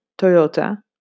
Toyota